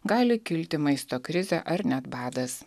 gali kilti maisto krizė ar net badas